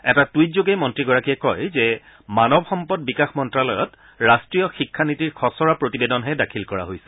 এটা টুইটযোগে মন্ত্ৰীগৰাকীয়ে কয় যে মানৱ সম্পদ বিকাশ মন্ত্ৰালয়ত ৰাষ্টীয় শিক্ষানীতিৰ খচৰা প্ৰতিবেদনহে দাখিল কৰা হৈছে